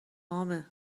عامه